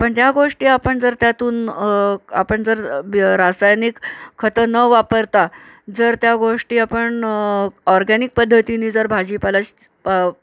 पण त्या गोष्टी आपण जर त्यातून आपण जर ब रासायनिक खतं न वापरता जर त्या गोष्टी आपण ऑरगॅनिक पद्धतीनी जर भाजीपाला शि पा